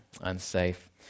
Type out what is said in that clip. unsafe